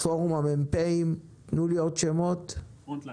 "פורום המ"פים", "פרונט ליין"